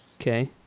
Okay